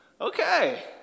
okay